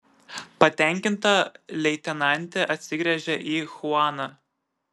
patenkinta leitenantė atsigręžė į chuaną